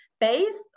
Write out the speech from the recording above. based